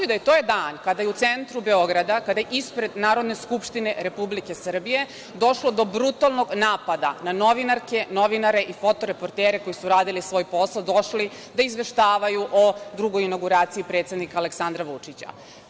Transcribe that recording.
To je dan kada je u centru Beograda, kada je ispred Narodne skupštine Republike Srbije došlo do brutalnog napada na novinarke, novinare i foto-reportere koji su radili svoj posao, došli da izveštavaju o drugoj inaguraciji predsednika Aleksandra Vučića.